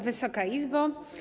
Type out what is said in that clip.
Wysoka Izbo!